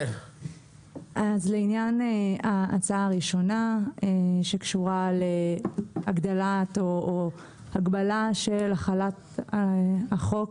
לעניין ההצעה הראשונה שקשורה להגדלת או הגבלה של החלת החוק